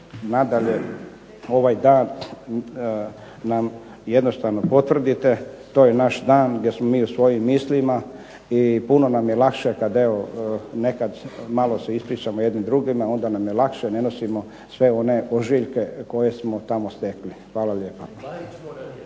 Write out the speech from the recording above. nadalje ovaj dan nam jednostavno potvrdite. To je naš dan gdje smo mi u svojim mislima i puno nam je lakše kad evo nekad malo se ispričamo jedni drugima, onda nam je lakše ne nosimo sve one ožiljke koje smo tamo stekli. Hvala lijepa.